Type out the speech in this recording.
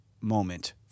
moment